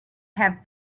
having